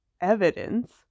evidence